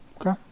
Okay